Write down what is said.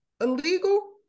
illegal